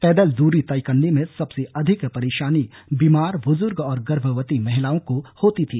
पैदल दूरी तय करने में सबसे अधिक परेशानी बीमार बुजुर्ग और गर्भवती महिलाओं को होती थी